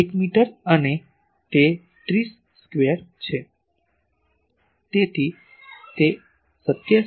01 metre અને તે 30 square છે